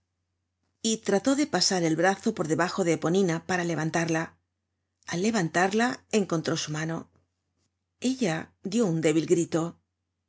y trató de pasar el brazo por debajo de eponina para levantarla al levantarla encontró su mano ella dió un débil grito